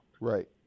Right